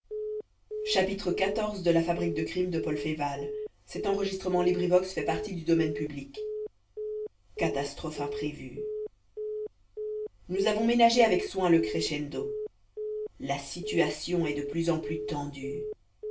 catastrophe imprévue nous avons ménagé avec soin le crescendo la situation est de plus en plus tendue